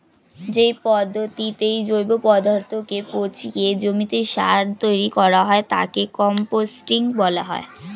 যে পদ্ধতিতে জৈব পদার্থকে পচিয়ে জমিতে সার তৈরি করা হয় তাকে কম্পোস্টিং বলা হয়